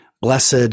blessed